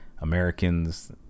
Americans